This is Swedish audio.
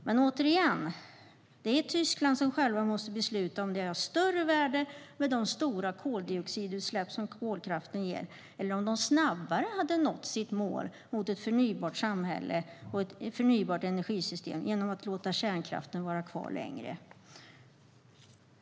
Men det är, återigen, Tyskland som själva måste besluta om huruvida det är av större värde med de stora koldioxidutsläpp som kolkraften ger, eller om de snabbare hade nått sitt mål om ett förnybart samhälle och ett förnybart energisystem genom att låta kärnkraften vara kvar längre.